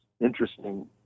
interesting